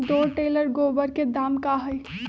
दो टेलर गोबर के दाम का होई?